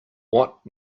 what